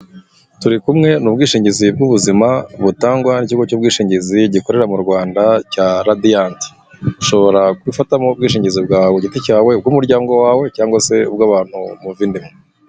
Turikumwe ni ubwishingizi bw'ubuzima butangwa n' ikigo cy'ubwishingizi gikorera mu Rwanda cya Radiant. Ushobora gufatamo ubwishingizi bwawe ku giti cyawe, ubw'umuryango wawe cyangwa se ubw'abantu muva inda imwe.